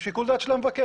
זה שיקול דעת של המבקר.